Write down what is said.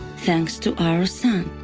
thanks to our son.